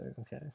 Okay